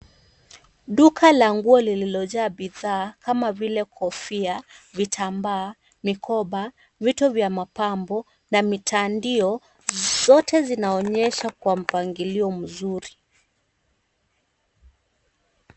Duka la nguo lililojaa bidhaa kama vile kofia, vitambaa, mikoba, vitu vya mapambo na mitandio zote zinaonyesha kwa mpangilio mzuri.